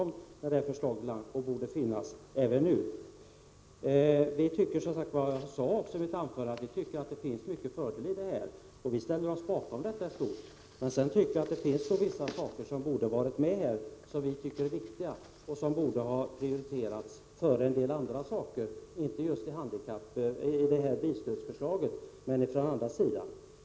Jag sade i mitt förra anförande att det finns många fördelar i detta förslag och att vi i stort ställer oss bakom det. Men vi tycker också att det fattas vissa viktiga saker som borde ha varit med och borde ha prioriterats före en del annat, kanske inte just i bilstödsförslaget, men på annat håll.